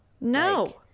no